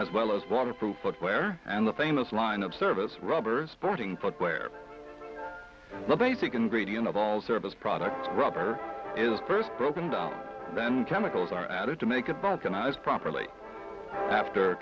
as well as waterproof footwear and the famous line of service rubbers sporting footwear the basic ingredient of all service products rubber is the first broken down then chemicals are added to make a buck and i was properly after